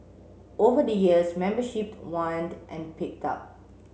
over the years membership waned and picked up